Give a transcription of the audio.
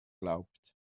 glaubt